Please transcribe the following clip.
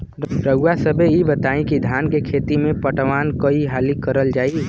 रउवा सभे इ बताईं की धान के खेती में पटवान कई हाली करल जाई?